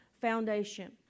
foundation